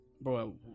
Bro